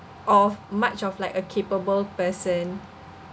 of much of like a capable person